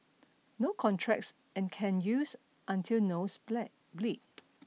no contracts and can use until nose bled bleed